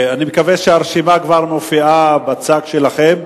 אני מקווה שהרשימה כבר מופיעה בצג שלכם.